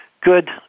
good